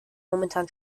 momentan